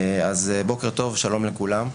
בוקר טוב, שלום לכולם,